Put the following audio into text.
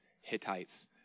Hittites